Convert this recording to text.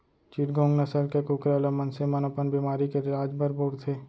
चिटगोंग नसल के कुकरा ल मनसे मन अपन बेमारी के इलाज बर बउरथे